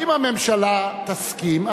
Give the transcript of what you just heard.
אם הממשלה תסכים,